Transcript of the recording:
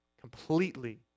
completely